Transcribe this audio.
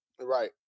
right